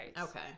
Okay